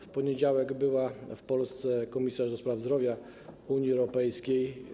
W poniedziałek w Polsce była komisarz do spraw zdrowia Unii Europejskiej.